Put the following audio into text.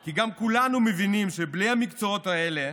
כי כולנו מבינים שבלי המקצועות האלה,